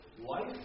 life